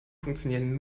funktionieren